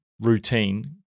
routine